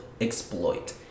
exploit